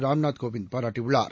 ராம்நாத் கோவிந்த் பாராட்டியுள்ளார்